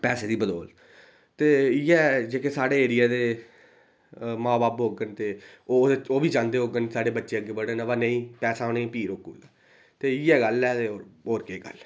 पैसे दी बदौलत ते इ'यै जेह्का साढ़े एरिये दे मां बब्ब होङन ते ओह् ओह् बी चांह्दे होङन साढ़े बच्चे अग्गें बधन अबा नेईं पैसा उ'नें गी फ्ही रोकी ओड़दा ते इ'यै गल्ल ऐ ते होर केह् गल्ल